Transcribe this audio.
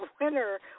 winner